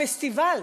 הפסטיבל.